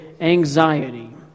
anxiety